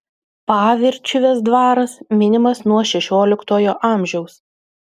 pavirčiuvės dvaras minimas nuo šešioliktojo amžiaus